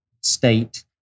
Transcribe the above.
State